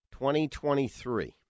2023